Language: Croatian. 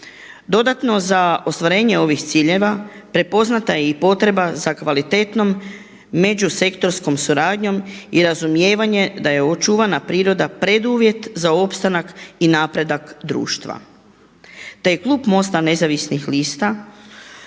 Dodatno za ostvarenje ovih ciljeva prepoznata je i potreba za kvalitetnom međusektorskom suradnjom i razumijevanje da je očuvana priroda preduvjet za opstanak i napredak društva. Te je klub MOST-a Nezavisnih lista